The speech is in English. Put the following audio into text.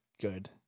good